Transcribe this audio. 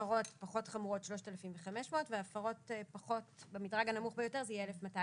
הפרות פחות חמורות 3,500 והפרות במדרג הנמוך ביותר זה יהיה 1,200 שקלים.